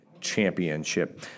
championship